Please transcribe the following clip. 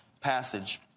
passage